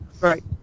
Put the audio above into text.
Right